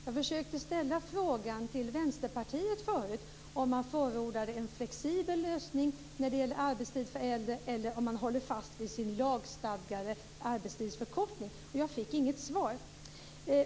Jag försökte förut ställa frågan till Vänsterpartiet om man förordar en flexibel lösning när det gäller arbetstid för äldre eller om man håller fast vid sin lagstadgade arbetstidsförkortning. Jag fick inget svar.